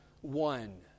one